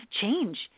change